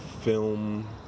film